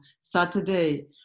Saturday